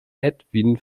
edwin